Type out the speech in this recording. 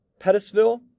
Pettisville